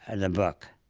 and the book.